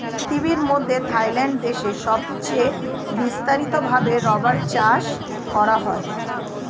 পৃথিবীর মধ্যে থাইল্যান্ড দেশে সবচে বিস্তারিত ভাবে রাবার চাষ করা হয়